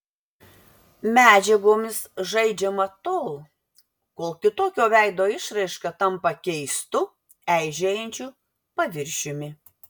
medžiagomis žaidžiama tol kol kitokio veido išraiška tampa keistu eižėjančiu paviršiumi